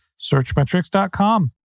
searchmetrics.com